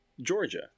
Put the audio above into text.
Georgia